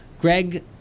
Greg